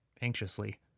anxiously